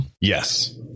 Yes